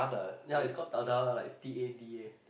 ya it's called Tada like T_A_D_A